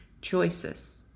Choices